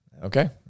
Okay